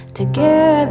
together